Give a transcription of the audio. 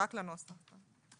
את